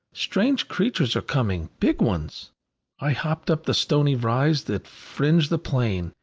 strange creatures are coming, big ones i hopped up the stony rise that fringed the plain,